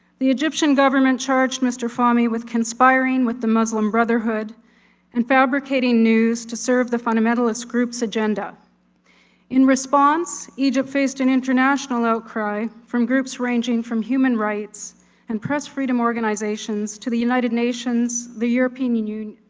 the egyptian government charged mr. fahmy with conspiring with the muslim brotherhood and fabricating news to serve the fundamentalist group's agenda. yh in response, egypt faced an international outcry from groups ranging from human rights and press freedom organizations to the united nations, the european union,